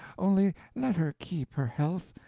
only let her keep her health,